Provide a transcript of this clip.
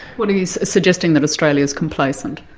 what, are you suggesting that australia's complacent?